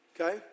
okay